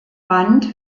band